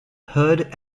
hood